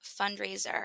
fundraiser